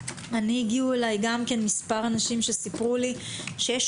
הגיעו אליי גם כן מספר אנשים שסיפרו לי שיש